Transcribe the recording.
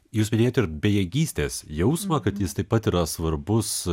jūs minėjot ir bejėgystės jausmą kad jis taip pat yra svarbus